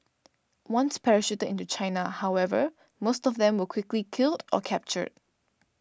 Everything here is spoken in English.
once parachuted into China however most of them were quickly killed or captured